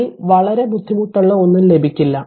ഇതിൽ വളരെ ബുദ്ധിമുട്ടുള്ള ഒന്ന് ലഭിക്കില്ല